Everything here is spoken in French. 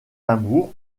amour